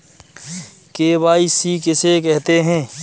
KYC किसे कहते हैं?